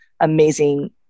amazing